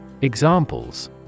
Examples